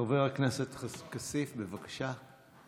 חבר הכנסת כסיף, בבקשה.